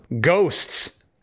ghosts